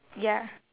ya